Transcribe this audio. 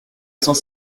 cent